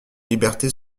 liberté